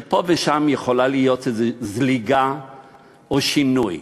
שפה ושם יכולים להיות זליגה או שינוי.